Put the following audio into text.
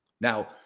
Now